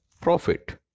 profit